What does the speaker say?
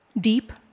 deep